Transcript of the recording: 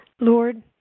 Lord